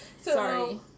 Sorry